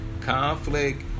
Conflict